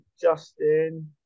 Justin